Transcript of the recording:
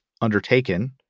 undertaken